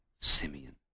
Simeon